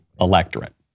electorate